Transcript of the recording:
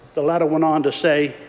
the letter went on to say,